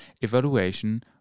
evaluation